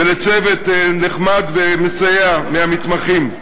ולצוות נחמד ומסייע מהמתמחים.